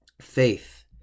faith